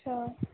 अच्छा